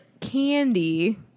candy